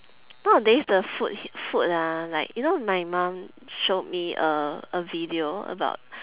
nowadays the food the food ah like you know my mum showed me a a video about